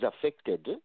affected